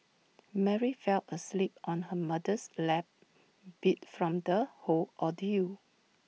Mary fell asleep on her mother's lap beat from the whole ordeal